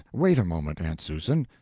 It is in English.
wait a moment, aunt susan!